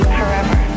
forever